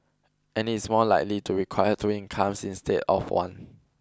and it's more likely to require two incomes instead of one